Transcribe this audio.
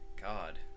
God